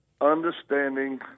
understanding